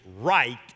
right